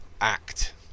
act